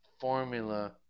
Formula